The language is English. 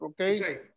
Okay